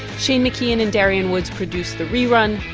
shane mckeon and darian woods produced the rerun.